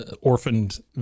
orphaned